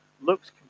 looks